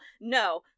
No